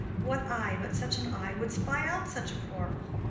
what eye but such an eye would spy out such a quarrel?